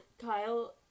Kyle